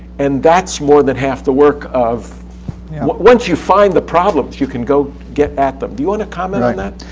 and that's more than half the work. once you find the problems you can go get at them. do you want to comment on that?